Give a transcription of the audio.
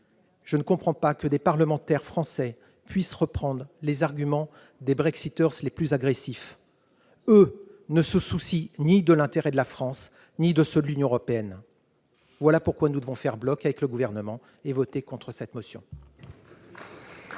Je ne comprends pas que des parlementaires français puissent reprendre les arguments des Brexiters les plus agressifs : eux ne se soucient ni de l'intérêt de la France, ni de celui de l'Union européenne. Voilà pourquoi nous devons faire bloc avec le Gouvernement et voter contre cette motion.